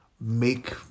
...make